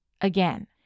again